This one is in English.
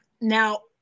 Now